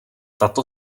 tato